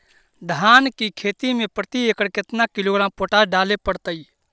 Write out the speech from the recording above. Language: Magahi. धान की खेती में प्रति एकड़ केतना किलोग्राम पोटास डाले पड़तई?